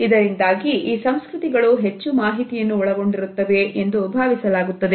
ಇದರಿಂದಾಗಿ ಈ ಸಂಸ್ಕೃತಿಗಳು ಹೆಚ್ಚು ಮಾಹಿತಿಯನ್ನು ಒಳಗೊಂಡಿರುತ್ತವೆ ಎಂದು ಭಾವಿಸಲಾಗುತ್ತದೆ